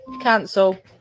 Cancel